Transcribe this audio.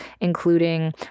including